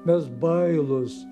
mes bailūs